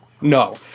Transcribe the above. no